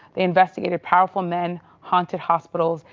they investigated powerful men, haunted hospitals,